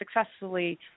successfully